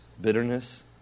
bitterness